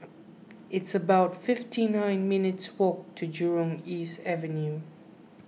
it's about fifty nine minutes' walk to Jurong East Avenue